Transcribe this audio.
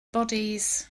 bodies